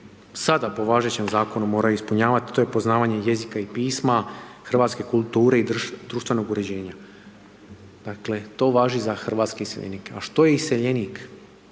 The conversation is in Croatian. sada po važećem zakonu moraju ispunjavati, to je poznavanje jezika i pisma, hrvatske kulture i društvenog uređenja. Dakle to važi za hrvatske iseljenike. A što je iseljenik?